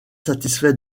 satisfait